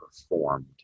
performed